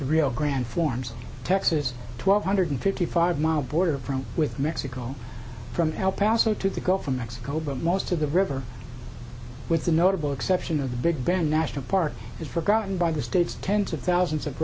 the rio grande forms texas twelve hundred fifty five mile border from with mexico from el paso to the gulf of mexico but most of the river with the notable exception of the big grand national park is forgotten by the state's tens of thousands of